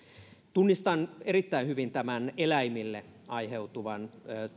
tunnistan erittäin hyvin tämän eläimille aiheutuvan